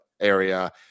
area